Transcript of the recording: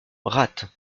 ratte